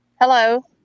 Hello